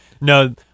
No